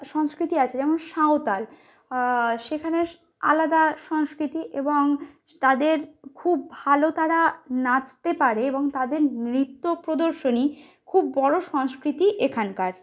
সংস্কৃতি আছে যেমন সাঁওতাল সেখানে আলাদা সংস্কৃতি এবং তাদের খুব ভালো তারা নাচতে পারে এবং তাদের নৃত্য প্রদর্শনী খুব বড়ো সংস্কৃতি এখানকার